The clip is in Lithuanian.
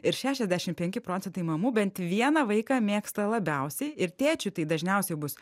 ir šešiasdešim penki procentai mamų bent vieną vaiką mėgsta labiausiai ir tėčiui tai dažniausiai bus